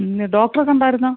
ഇന്ന് ഡോക്ടറെ കണ്ടായിരുന്നോ